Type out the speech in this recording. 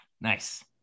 Nice